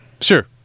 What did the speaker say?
Sure